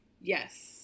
Yes